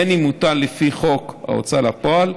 בין שהוטל לפי חוק ההוצאה לפועל,